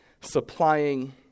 supplying